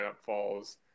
falls